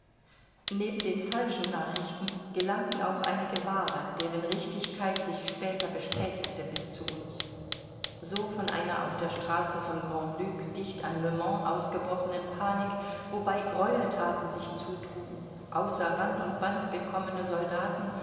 neben den falschen nachrichten gelangen auch einige wahre deren richtigkeit sich später bestätigte bis zu uns so von einer auf der straße von grand luce dicht an le mans ausgebrochenen panik wobei greuelthaten sich zutrugen außer rand und band gekommene soldaten